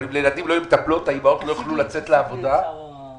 אבל אם לילדים לא יהיו מטפלות האימהות לא יוכלו לצאת לעבודה ואנחנו